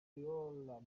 ntabwo